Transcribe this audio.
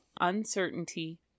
uncertainty